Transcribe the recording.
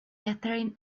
katherine